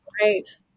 Right